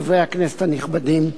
חברי הכנסת הנכבדים,